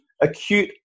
acute